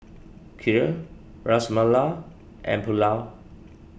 Kheer Ras Malai and Pulao